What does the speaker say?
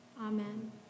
Amen